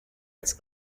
its